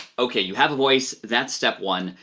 okay, you have a voice that's step one.